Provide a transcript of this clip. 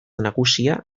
nagusia